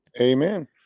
Amen